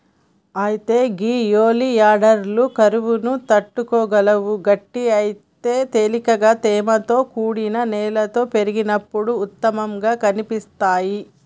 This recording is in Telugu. అయితే గే ఒలియాండర్లు కరువును తట్టుకోగలవు గట్లయితే తేలికగా తేమతో కూడిన నేలలో పెరిగినప్పుడు ఉత్తమంగా కనిపిస్తాయి